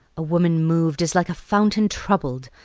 a woman mov'd is like a fountain troubled,